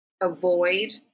avoid